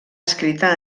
escrita